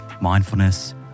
mindfulness